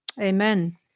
amen